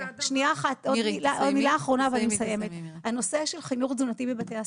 חינוך תזונתי בבתי הספר,